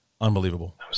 unbelievable